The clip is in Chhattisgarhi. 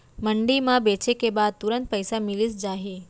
मंडी म बेचे के बाद तुरंत पइसा मिलिस जाही?